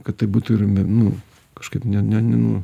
kad tai būtų ir nu kažkaip ne ne ne nu